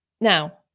Now